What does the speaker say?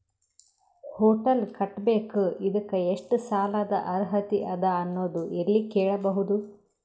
Hotel ಕಟ್ಟಬೇಕು ಇದಕ್ಕ ಎಷ್ಟ ಸಾಲಾದ ಅರ್ಹತಿ ಅದ ಅನ್ನೋದು ಎಲ್ಲಿ ಕೇಳಬಹುದು?